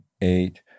eight